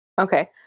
Okay